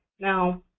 now,